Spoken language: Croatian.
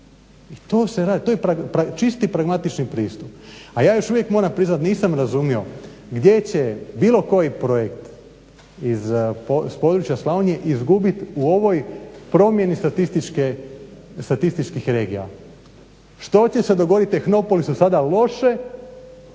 I to se radi, to je čisti pragmatični pristup. A ja još uvijek moram priznat, nisam razumio gdje će bilo koji projekt s područja Slavonije izgubit u ovoj promjeni statističkih regija. Što će se dogodit Tehnopolisu sada loše